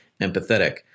empathetic